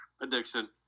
Addiction